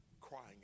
crying